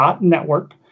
network